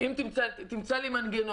דיון מהיר בנושא: "הנגשת אמצעי תשלום